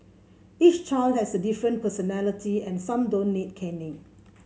each child has a different personality and some don't need caning